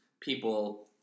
people